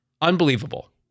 Unbelievable